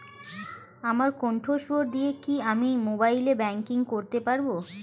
আমার কন্ঠস্বর দিয়ে কি আমি মোবাইলে ব্যাংকিং করতে পারবো?